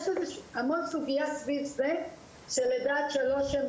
יש המון סוגיה סביב זה של לידה עד שלוש.